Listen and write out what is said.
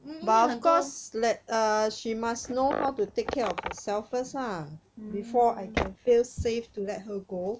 mm 因为很多 mm